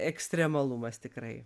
ekstremalumas tikrai